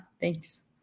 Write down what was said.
Thanks